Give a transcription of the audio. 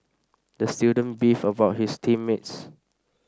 the student beefed about his team mates